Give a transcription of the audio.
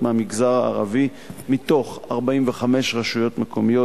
מהמגזר הערבי מתוך 45 רשויות מקומיות,